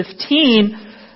15